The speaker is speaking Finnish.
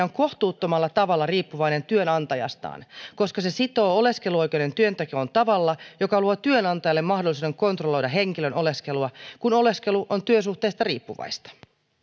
on kohtuuttomalla tavalla riippuvainen työnantajastaan koska se sitoo oleskeluoikeuden työntekoon tavalla joka luo työnantajalle mahdollisuuden kontrolloida henkilön oleskelua kun oleskelu on työsuhteesta riippuvaista